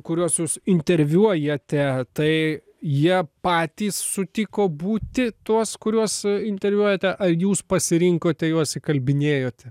kuriuos jūs interviuojate tai jie patys sutiko būti tuos kuriuos interviuojate ar jūs pasirinkote juos įkalbinėjote